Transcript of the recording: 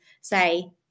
say